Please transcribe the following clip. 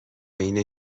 اینه